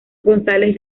gonzález